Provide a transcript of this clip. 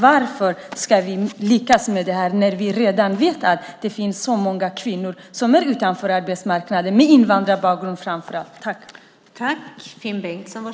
Varför ska vi lyckas med det här när vi redan vet att det finns så många kvinnor som står utanför arbetsmarknaden, framför allt kvinnor med invandrarbakgrund?